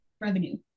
revenue